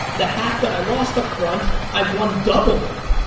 the half that i lost upfront, i won double with.